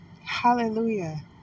Hallelujah